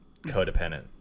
Codependent